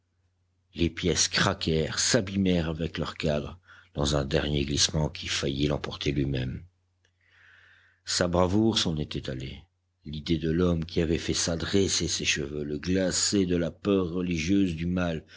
les pièces craquèrent s'abîmèrent avec leurs cadres dans un dernier glissement qui faillit l'emporter lui-même sa bravoure s'en était allée l'idée de l'homme qui avait fait ça dressait ses cheveux le glaçait de la peur religieuse du mal